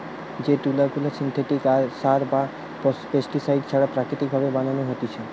যে তুলা গুলা সিনথেটিক সার বা পেস্টিসাইড ছাড়া প্রাকৃতিক ভাবে বানানো হতিছে